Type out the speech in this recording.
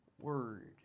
word